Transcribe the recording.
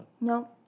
No